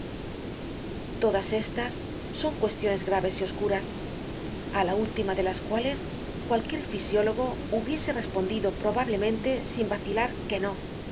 todas estas son cuestiones graves y oscuras á la última de las cuales cualquier fisiólogo hubiese respondido probablemente sin vacilar que no